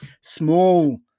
small